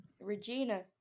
Regina